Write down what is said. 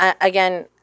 again